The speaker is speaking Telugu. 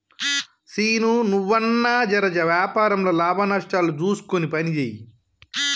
సీనూ, నువ్వన్నా జెర వ్యాపారంల లాభనష్టాలు జూస్కొని పనిజేయి